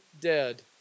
dead